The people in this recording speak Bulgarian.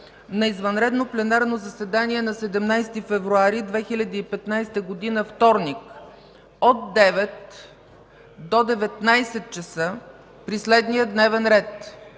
на извънредно пленарно заседание на 17 февруари 2015 г., вторник, от 9,00 до 19,00 ч. при следния дневен ред: